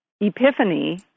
epiphany